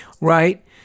right